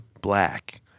black